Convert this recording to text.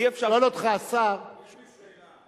אי-אפשר, שואל אותך השר, יש לי שאלה: